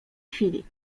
chwili